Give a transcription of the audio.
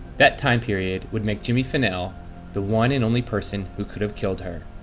that time period would make jimmy finnell the one and only person who could have killed her.